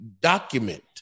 document